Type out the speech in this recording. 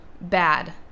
Bad